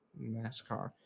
NASCAR